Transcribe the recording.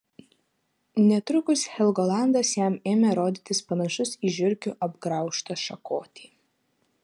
netrukus helgolandas jam ėmė rodytis panašus į žiurkių apgraužtą šakotį